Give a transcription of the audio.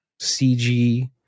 CG